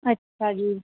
ਅੱਛਾ ਜੀ